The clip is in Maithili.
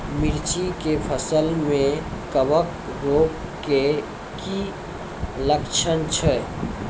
मिर्ची के फसल मे कवक रोग के की लक्छण छै?